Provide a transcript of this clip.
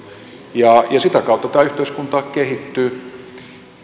sitä kautta tämä yhteiskunta kehittyy